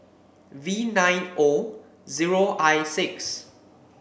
V nine O zero I six